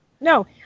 No